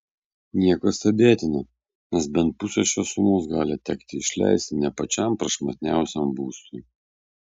nieko stebėtino nes bent pusę šios sumos gali tekti išleisti ne pačiam prašmatniausiam būstui